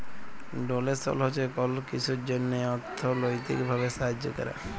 ডোলেসল হছে কল কিছুর জ্যনহে অথ্থলৈতিক ভাবে সাহায্য ক্যরা